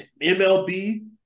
mlb